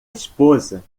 esposa